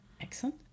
Excellent